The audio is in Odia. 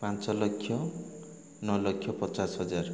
ପାଞ୍ଚ ଲକ୍ଷ ନଅ ଲକ୍ଷ ପଚାଶ ହଜାର